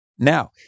now